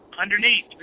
Underneath